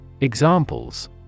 Examples